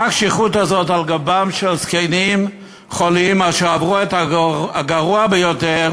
מה הקשיחות הזאת על גבם של זקנים חולים אשר עברו את הגרוע ביותר